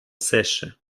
sèche